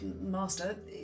master